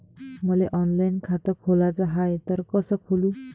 मले ऑनलाईन खातं खोलाचं हाय तर कस खोलू?